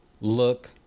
look